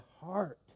heart